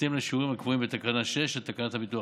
בהתאם לשיעורים הקבועים בתקנה 6 לתקנות הביטוח